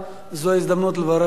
וזו הזדמנות לברך אותך.